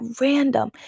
random